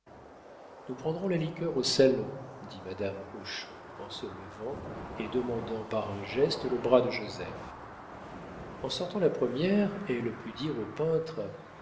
nous prendrons la liqueur au salon dit madame hochon en se levant et demandant par un geste le bras de joseph en sortant la première elle put dire au peintre